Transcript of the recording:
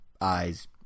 eyes